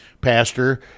Pastor